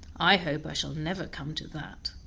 i hope i shall never come to that.